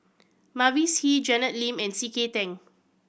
Mavis Hee Janet Lim and C K Tang